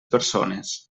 persones